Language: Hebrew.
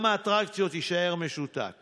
עולם האטרקציות יישאר משותק